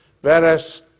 Whereas